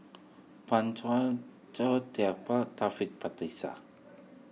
Pan Teo Taufik Batisah